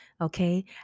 Okay